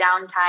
downtime